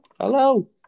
Hello